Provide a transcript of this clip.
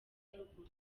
ruguru